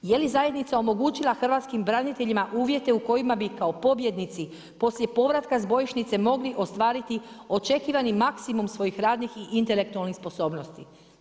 Je li zajednica omogućila hrvatskim braniteljima uvijete u kojima bi kao pobjednici poslije povratka s bojišnice mogli ostvariti očekivani maksimum svojih radnih i intelektualnih sposobnosti?